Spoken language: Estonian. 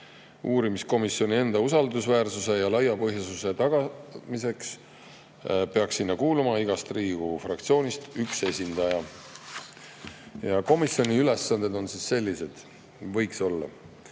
Uurimiskomisjoni enda usaldusväärsuse ja laiapõhjalisuse tagamiseks peaks sinna kuuluma igast Riigikogu fraktsioonist üks esindaja. Komisjoni ülesanded võiksid olla